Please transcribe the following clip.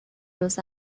los